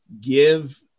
give